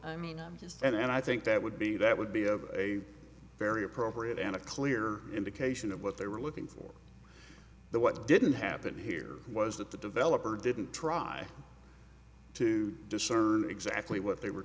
just and i think that would be that would be of a very appropriate and a clear indication of what they were looking for the what didn't happen here was that the developer didn't try to discern exactly what they were